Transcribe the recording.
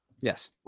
yes